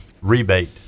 rebate